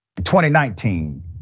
2019